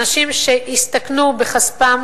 אנשים שהסתכנו בכספם,